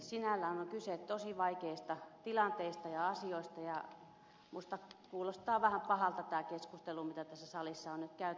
sinällään on kyse tosi vaikeista tilanteista ja asioista ja minusta kuulostaa vähän pahalta tämä keskustelu mitä tässä salissa on nyt käyty